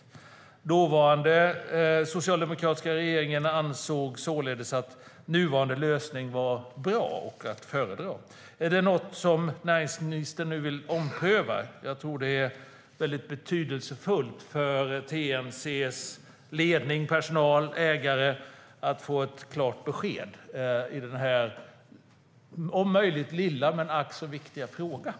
Den dåvarande socialdemokratiska regeringen ansåg således att nuvarande lösning var bra och att föredra. Är detta något näringsministern nu vill ompröva? Jag tror det är betydelsefullt för TNC:s ledning, personal och ägare att få ett klart besked från näringsministern i denna möjligtvis lilla men ack så viktiga fråga.